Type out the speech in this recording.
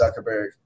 Zuckerberg